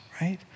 right